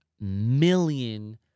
million